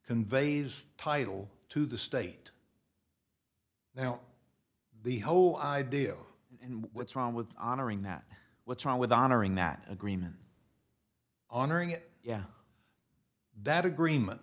conveys title to the state now the whole idea and what's wrong with honoring that what's wrong with honoring that agreement honoring it yeah that agreement